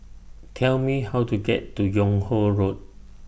Tell Me How to get to Yung Ho Road